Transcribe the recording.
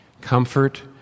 comfort